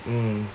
mm